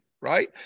right